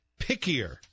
pickier